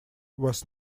was